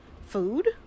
food